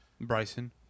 Bryson